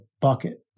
bucket